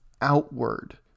outward